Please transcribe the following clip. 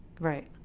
Right